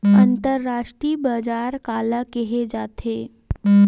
अंतरराष्ट्रीय बजार काला कहे जाथे?